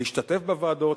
להשתתף בוועדות,